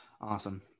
Awesome